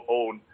own